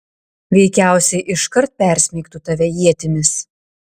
veikiausiai iškart persmeigtų tave ietimis